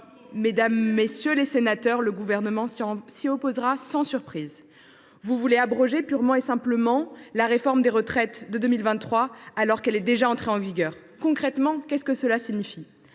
inadmissible ! Le Gouvernement s’y opposera sans surprise. Vous voulez abroger purement et simplement la réforme des retraites de 2023, alors qu’elle est déjà entrée en vigueur. Concrètement, qu’est ce que cela signifie ?